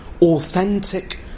authentic